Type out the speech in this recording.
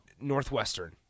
Northwestern